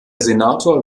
senator